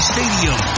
Stadium